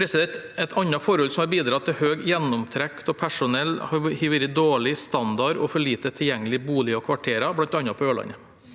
Et annet forhold som har bidratt til høy gjennomtrekk av personell, har vært dårlig standard på og for lite tilgjengelige boliger og kvarterer, bl.a. på Ørland.